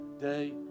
day